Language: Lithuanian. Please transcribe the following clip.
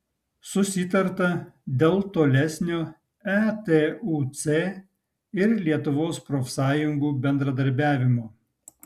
susitarta dėl tolesnio etuc ir lietuvos profsąjungų bendradarbiavimo